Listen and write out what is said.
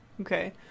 okay